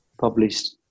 published